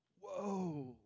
whoa